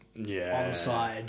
onside